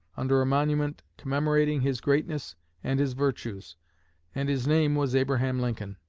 under a monument commemorating his greatness and his virtues and his name was abraham lincoln.